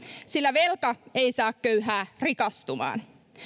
sillä velka ei saa köyhää rikastumaan